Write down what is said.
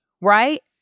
right